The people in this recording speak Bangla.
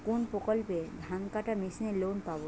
কোন প্রকল্পে ধানকাটা মেশিনের লোন পাব?